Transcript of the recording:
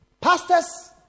pastors